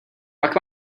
pak